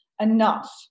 enough